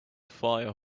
fire